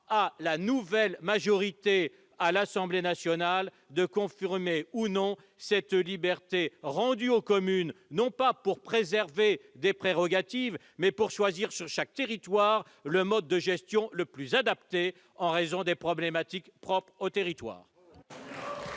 à la nouvelle majorité de l'Assemblée nationale de confirmer ou non cette liberté rendue aux communes non pas pour préserver des prérogatives, mais pour choisir sur chaque territoire le mode de gestion le plus adapté aux problématiques locales. La parole